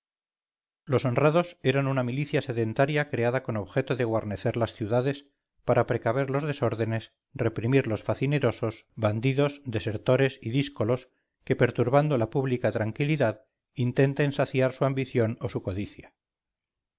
los honrados eran una milicia sedentaria creada con objeto de guarnecer las ciudades para precaver los desórdenes reprimir los facinerosos bandidos desertores y díscolos que perturbando la pública tranquilidad intenten saciar su ambición o su codicia